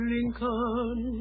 Lincoln